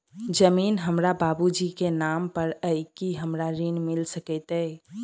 जमीन हमरा बाबूजी केँ नाम पर अई की हमरा ऋण मिल सकैत अई?